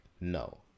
no